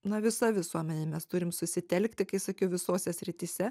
na visa visuomenė mes turim susitelkti kai sakiau visose srityse